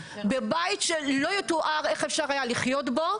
בבית שלא יתואר איך אפשר היה לחיות בו,